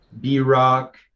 b-rock